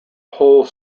whole